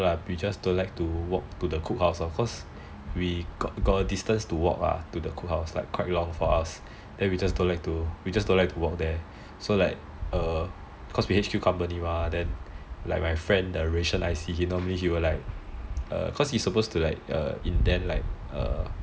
we just don't like to walk to the cook house cause we got a distance to walk to the cook house like quite long for us we just don't like to walk there so like cause we H_Q company mah then my friend the ration I_C he told me he will like cause he supposed to like indent